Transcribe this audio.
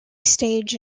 staged